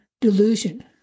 delusion